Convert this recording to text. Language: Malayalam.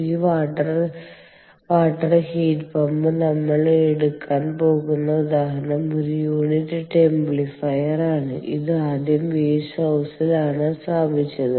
ഈ വാട്ടർ വാട്ടർ ഹീറ്റ് പമ്പ് നമ്മൾ എടുക്കാൻ പോകുന്ന ഉദാഹരണം ഒരു യൂണിറ്റ് ടെംപ്ലിഫയർ ആണ് ഇത് ആദ്യം വേസ്റ്റ് ഹൌസിൽ ആണ് സ്ഥാപിച്ചത്